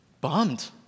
bummed